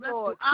Lord